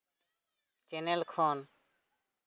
channel ᱠᱷᱚᱱ